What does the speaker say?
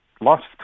lost